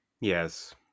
Yes